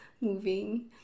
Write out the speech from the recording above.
moving